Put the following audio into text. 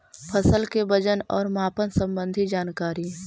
फसल के वजन और मापन संबंधी जनकारी?